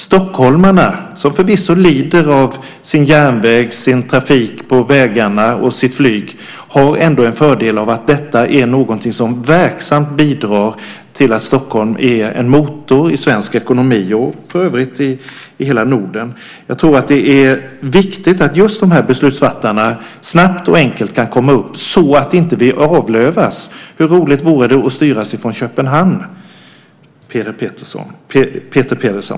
Stockholmarna, som förvisso lider av sin järnväg, sin trafik på vägarna och sitt flyg, har ändå en fördel av att det är någonting som verksamt bidrar till att Stockholm är en motor i svensk ekonomi och för övrigt i hela Norden. Jag tror att det är viktigt att just de här beslutsfattarna snabbt och enkelt kan komma upp till Stockholm så att vi inte avlövas. Hur roligt vore det att styras från Köpenhamn, Peter Pedersen?